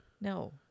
No